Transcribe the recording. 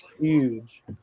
huge